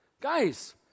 Guys